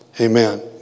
Amen